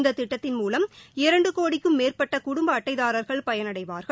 இந்த திட்டத்தின் மூலம் இரண்டு கோடிக்கும் மேற்பட்ட குடும்ப அட்டைதாரர்கள் பயனடைவார்கள்